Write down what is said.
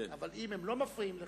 אבל אם הם לא מפריעים לך,